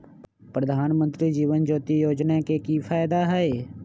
प्रधानमंत्री जीवन ज्योति योजना के की फायदा हई?